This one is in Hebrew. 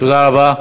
תודה רבה.